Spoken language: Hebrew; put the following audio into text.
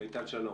מיטל, שלום.